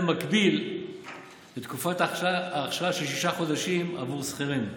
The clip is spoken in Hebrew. מקביל לתקופת האכשרה של שישה חודשים עבור שכירים.